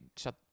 Shut